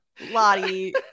Lottie